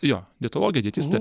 jo dietologė dietistė